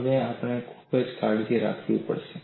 અને હવે તમારે ખૂબ કાળજી રાખવી પડશે